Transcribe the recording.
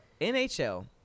NHL